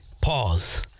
pause